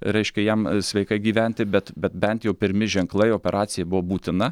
reiškia jam sveikai gyventi bet bet bent jau pirmi ženklai operacija buvo būtina